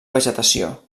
vegetació